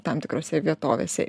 tam tikrose vietovėse